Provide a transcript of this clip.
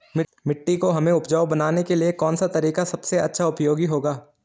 मिट्टी को हमें उपजाऊ बनाने के लिए कौन सा तरीका सबसे अच्छा उपयोगी होगा?